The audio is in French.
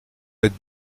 êtes